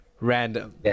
random